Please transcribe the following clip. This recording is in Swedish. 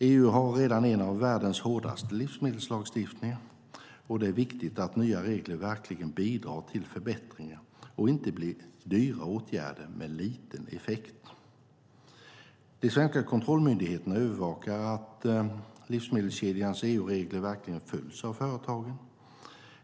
EU har redan en av världens hårdaste livsmedelslagstiftningar. Det är viktigt att nya regler verkligen bidrar till förbättring och inte blir dyra åtgärder med liten effekt. De svenska kontrollmyndigheterna övervakar att livsmedelskedjans EU-regler verkligen följs av företagen.